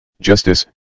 Justice